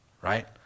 right